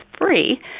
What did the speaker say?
free